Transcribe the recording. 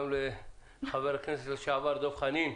חבר הכנסת לשעבר דב חנין,